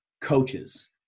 coaches